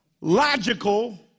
logical